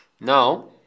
Now